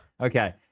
Okay